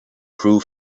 prove